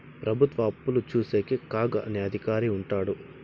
ప్రభుత్వ అప్పులు చూసేకి కాగ్ అనే అధికారి ఉంటాడు